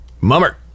Mummer